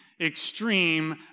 extreme